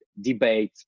debate